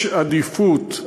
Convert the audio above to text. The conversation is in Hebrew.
יש עדיפות,